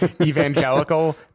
evangelical